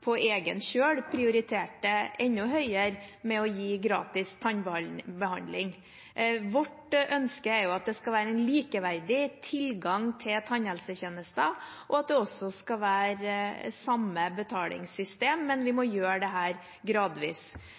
på egen kjøl prioriterte enda høyere det å gi gratis tannbehandling. Vårt ønske er at det skal være en likeverdig tilgang til tannhelsetjenester, og at det også skal være samme betalingssystem, men vi må gjøre dette gradvis. Så synes jeg vi kom godt ut av det